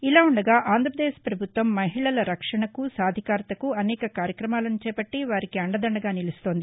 ఇలా ఉండగా ఆంధ్రప్రదేశ్ పభుత్వం మహిళల రక్షణకు సాధికారతకు అనేక కార్యక్రమాలను చేపల్లి వారికి అండదండగా నిలుస్తోంది